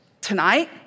tonight